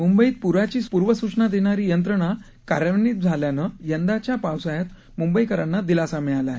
मुंबईत पुराची पूर्वसूचना देणारी यंत्रणा कार्यान्वित झाल्यानं यंदाच्या पावसाळ्यात मुंबईकरांना दिलासा मिळाला आहे